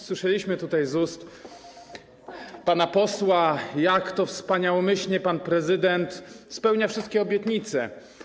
Słyszeliśmy tutaj z ust pana posła, jak to wspaniałomyślnie pan prezydent spełnia wszystkie obietnice.